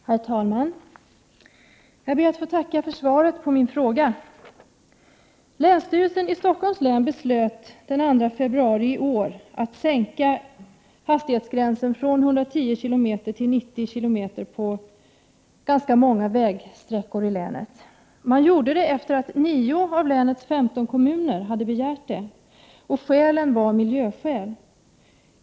Herr talman! Jag ber att få tacka för svaret på min fråga. Länsstyrelsen i Stockholms län beslöt den 2 februari i år att sänka hastighetsgränsen från 110 km tim på ganska många vägsträckorilänet. Man gjorde detta efter det att 9 av länets 15 kommuner hade begärt det. Orsaken till detta var omtanke om miljön.